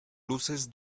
luces